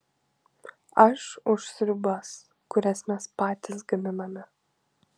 aš už sriubas kurias mes patys gaminame